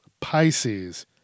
Pisces